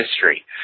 history